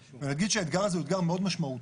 ולהגיד שהאתגר הזה הוא אתגר מאוד משמעותי.